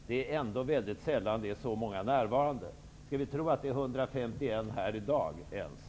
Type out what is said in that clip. Det är ändå väldigt sällan så många närvarande. Skall vi tro att det är ens 151 ledamöter här i dag?